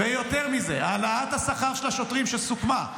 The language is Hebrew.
ויותר מזה: העלאת השכר של השוטרים שסוכמה,